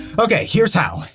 okay here's how.